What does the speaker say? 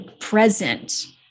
present